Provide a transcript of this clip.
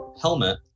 helmet